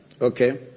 Okay